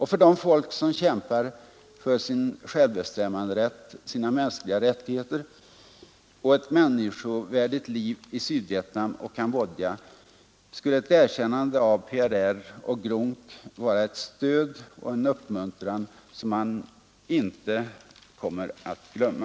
För de folk som kämpar för sin självbestämmanderätt, sina mänskliga rättigheter och ett människovärdigt liv i Sydvietnam och Cambodja skulle ett erkännande av PRR och GRUNC vara ett stöd och en uppmuntran som man inte skulle glömma.